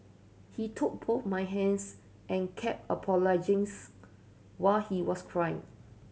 he took both my hands and kept apologisings while he was crying